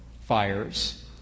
fires